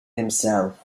himself